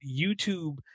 youtube